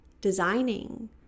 designing